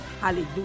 hallelujah